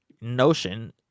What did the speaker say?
notion